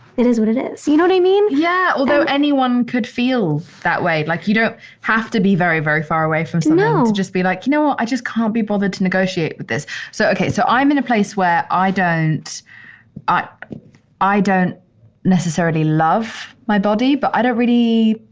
it is what it is. you know what i mean? yeah. although anyone could feel that way. like, you don't have to be very, very far away from something to just be like, you know what, i just can't be bothered to negotiate with this. so. okay, so i'm in a place where i don't i i don't necessarily love my body, but i don't really,